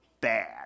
bad